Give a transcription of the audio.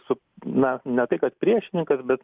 su na ne tai kad priešininkas bet